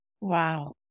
Wow